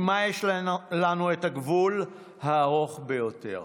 שעימה יש לנו את הגבול הארוך ביותר.